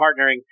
partnering